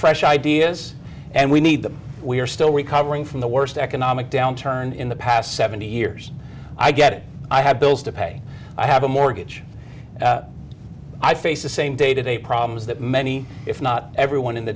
fresh ideas and we need them we are still recovering from the worst economic downturn in the past seventy years i get it i have bills to pay i have a mortgage i face the same day to day problems that many if not everyone in the